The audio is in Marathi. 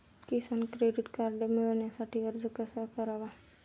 किसान क्रेडिट कार्ड मिळवण्यासाठी अर्ज कसा करावा?